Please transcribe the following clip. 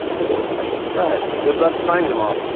you'll get a special surprise. good luck finding them all.